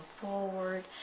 forward